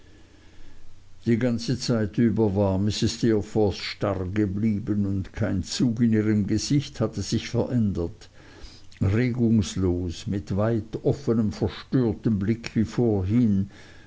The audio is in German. die ganze zeit über war mrs steerforth starr geblieben und kein zug in ihrem gesicht hatte sich verändert regungslos mit weit offnem verstörtem blick wie vorhin